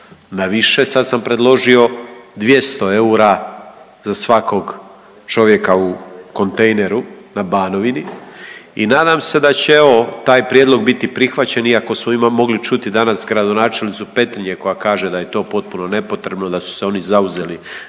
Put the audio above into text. na više sad sam predložio 200 eura za svakog čovjeka u kontejneru na Banovini i nadam se da će evo taj prijedlog biti prihvaćen iako smo mogli čuti danas gradonačelnicu Petrinje koja kaže da je to potpuno nepotrebno da su se oni zauzeli